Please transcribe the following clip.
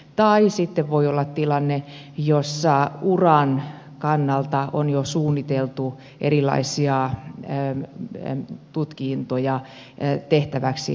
tai sitten voi olla tilanne jossa uran kannalta on jo suunniteltu erilaisia tutkintoja tehtäväksi etukäteen